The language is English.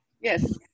Yes